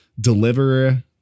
deliver